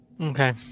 Okay